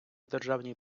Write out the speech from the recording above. державній